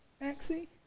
Maxie